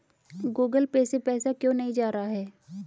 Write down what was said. Google Pay से पैसा क्यों नहीं जा रहा है?